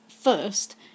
first